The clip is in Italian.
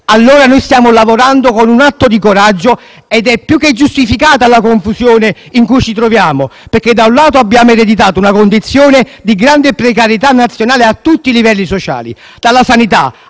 Stiamo dunque lavorando con un atto di coraggio ed è più che giustificata la confusione in cui ci troviamo, perché - da un lato - abbiamo ereditato una condizione di grande precarietà nazionale a tutti i livelli sociali, dalla sanità